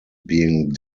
being